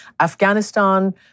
Afghanistan